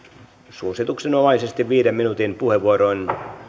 suosituksenomaisesti viiden minuutin puheenvuoroin